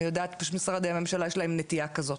אני יודעת שפשוט משרדי ממשלה יש להם נטיה כזאת.